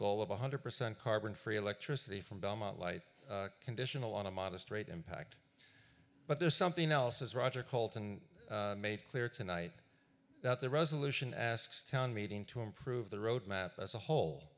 goal of one hundred percent carbon free electricity from belmont light conditional on a modest rate impact but there's something else as roger colton made clear tonight that the resolution asks town meeting to improve the road map as a whole